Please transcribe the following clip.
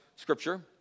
Scripture